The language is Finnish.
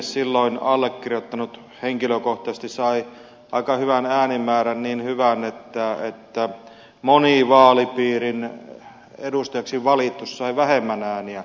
silloin allekirjoittanut henkilökohtaisesti sai aika hyvän äänimäärän niin hyvän että moni vaalipiirin edustajaksi valittu sai vähemmän ääniä